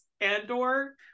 Andor